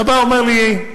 אתה בא, אומר לי: